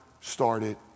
started